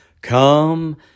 Come